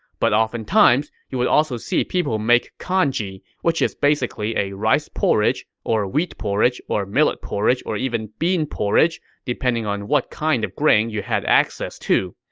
but often times, you would also see people make congee, which is basically a rice porridge, or wheat porridge, or millet porridge, or even bean porridge, depending on what kind of grain you had access to.